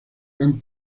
gran